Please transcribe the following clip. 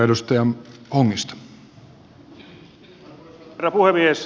arvoisa herra puhemies